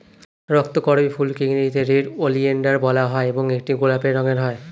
রক্তকরবী ফুলকে ইংরেজিতে red oleander বলা হয় এবং এটি গোলাপি রঙের হয়